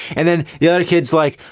and then the other kids like.